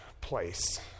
place